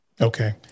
Okay